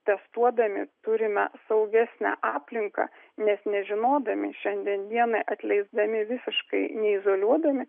testuodami turime saugesnę aplinką nes nežinodami šiandien dienai atleisdami visiškai neizoliuodami